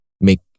Make